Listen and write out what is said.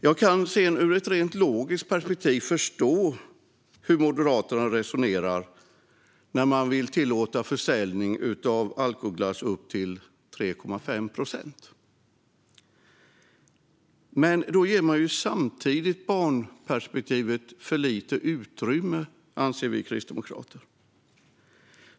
Jag kan ur ett rent logiskt perspektiv förstå hur Moderaterna resonerar när de vill tillåta försäljning av alkoglass upp till 3,5 procent, men då ger man samtidigt barnperspektivet för lite utrymme, anser vi kristdemokrater.